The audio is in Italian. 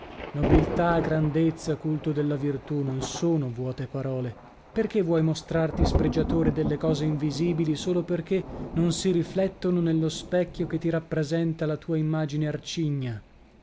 nobiltà grandezza culto della virtù non sono vuote parole perchè vuoi mostrarti spregiatore delle cose invisibili solo perchè non si riflettono nello specchio che ti rappresenta la tua immagine arcigna